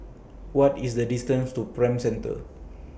What IS The distance to Prime Centre